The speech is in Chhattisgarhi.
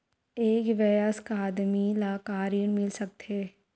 एक वयस्क आदमी ला का ऋण मिल सकथे?